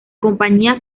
compañía